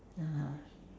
(uh huh)